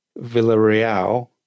Villarreal